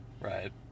right